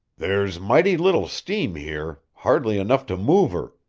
there's mighty little steam here hardly enough to move her,